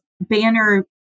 Banner